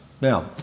Now